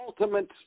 ultimate